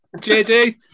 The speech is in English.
JD